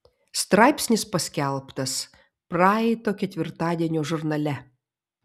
straipsnis paskelbtas praeito ketvirtadienio žurnale